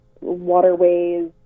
waterways